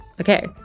Okay